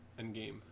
Endgame